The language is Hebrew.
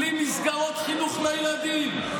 בלי מסגרות חינוך לילדים,